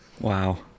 Wow